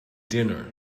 dinner